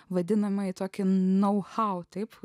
vadinamąjį tokį know how